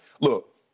Look